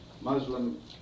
Muslim